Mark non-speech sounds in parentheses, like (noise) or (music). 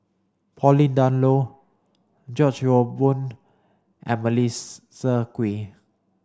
pauline Dawn Loh George Yeo Boon Melissa (unintelligible) Kwee